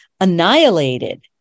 annihilated